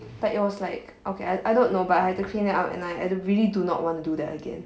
but it was like okay I I don't know but I had to clean it up and I I really do not want to do that again